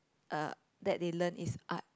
uh that they learn is art